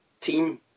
team